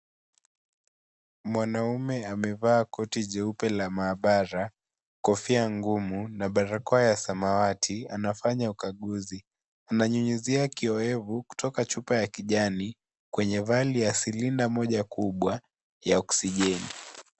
Mwanaume amevaa koti jeupe la maabara, kofia ngumu na barakoa ya samawati anafanya ukaguzi ananyunyizia kiwoevu kutoka chupa ya kijani kwenye vali ya silinda moja kubwa ya oksijeni.